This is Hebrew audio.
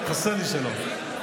חסר לי שלא.